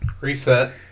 Reset